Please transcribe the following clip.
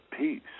peace